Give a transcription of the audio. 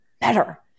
better